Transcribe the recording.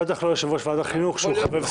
בטח לא יושב-ראש ועדת חינוך שהוא חובב ספורט.